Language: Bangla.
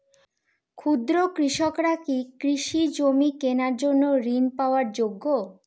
ক্ষুদ্র কৃষকরা কি কৃষি জমি কেনার জন্য ঋণ পাওয়ার যোগ্য?